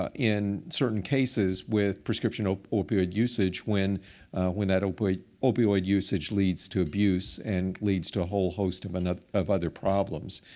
ah in certain cases, with prescription opioid usage when when that opioid opioid usage leads to abuse and leads to a whole host of and of other problems.